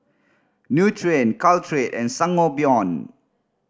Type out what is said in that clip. Nutren Caltrate and Sangobion